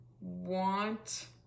Want